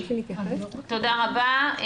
תודה רבה.